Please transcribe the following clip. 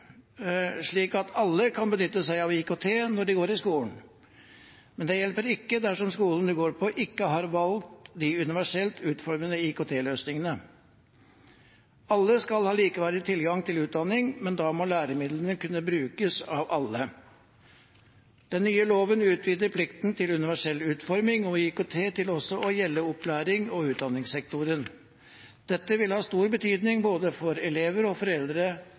slik at alle kan benytte seg av IKT når de går på skolen. Men det hjelper ikke dersom skolen man går på, ikke har valgt de universelt utformede IKT-løsningene. Alle skal ha likeverdig tilgang til utdanning, men da må læremidlene kunne brukes av alle. Den nye loven utvider plikten til universell utforming av IKT til også å gjelde opplærings- og utdanningssektoren. Dette vil ha stor betydning for både elever og foreldre